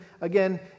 Again